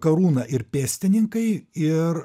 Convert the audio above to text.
karūna ir pėstininkai ir